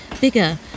bigger